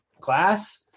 class